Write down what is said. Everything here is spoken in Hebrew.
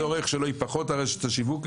הצורך שלו היא פחות רשת השיווק,